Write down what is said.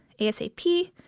asap